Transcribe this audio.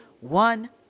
one